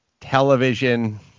television